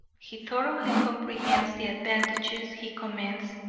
he thoroughly comprehends the advantages he commends,